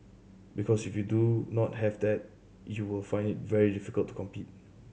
because if you do not have that you will find it very difficult to compete